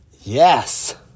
Yes